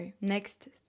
next